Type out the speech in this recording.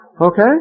Okay